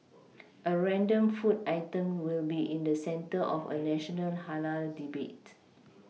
a random food item will be in the centre of a national halal debate